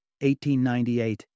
1898